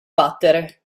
battere